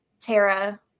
tara